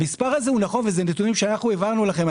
המספר הזה נכון וזה נתונים שאנחנו העברנו לכם,